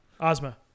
Ozma